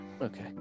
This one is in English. Okay